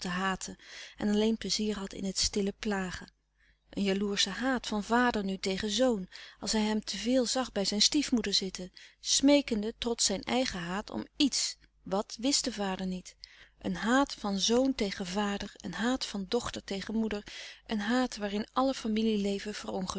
en alleen pleizier had in het stille plagen een jaloersche haat van vader nu tegen zoon als hij hem te veel zag bij zijn stiefmoeder zitten smeekende trots zijn eigen haat om iets wat wist de vader niet een haat van zoon tegen vader een haat van dochter tegen moeder een haat waarin alle familieleven